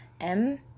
M-